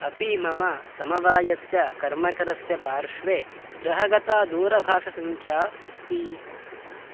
अपि मम समवायस्य कर्मकरस्य पार्श्वे गृहगता दूरभाषसङ्ख्या अस्ति